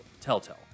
telltale